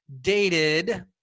dated